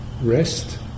rest